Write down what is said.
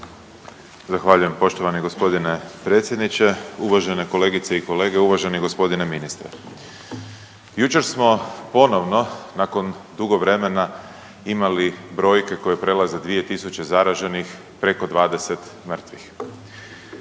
Zahvaljujem poštovani g. predsjedniče, uvažene kolegice i kolege, uvaženi g. ministre. Jučer smo ponovno nakon dugo vremena imali brojke koje prelaze 2.000 zaraženih, preko 20 mrtvih.